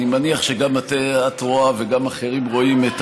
אני מניח שגם את רואה וגם אחרים רואים את